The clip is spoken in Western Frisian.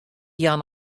jaan